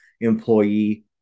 employee